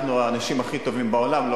אנחנו האנשים הכי טובים בעולם,